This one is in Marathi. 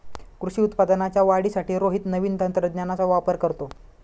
कृषी उत्पादनाच्या वाढीसाठी रोहित नवीन तंत्रज्ञानाचा वापर करतो